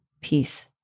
peace